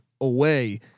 away